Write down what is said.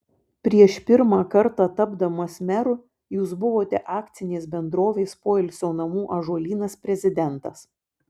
prieš pirmą kartą tapdamas meru jūs buvote akcinės bendrovės poilsio namų ąžuolynas prezidentas